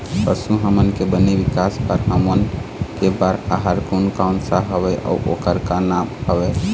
पशु हमन के बने विकास बार ओमन के बार आहार कोन कौन सा हवे अऊ ओकर का नाम हवे?